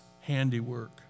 handiwork